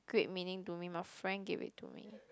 great meaning to me my friend gave it to me